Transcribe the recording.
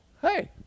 hey